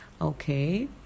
Okay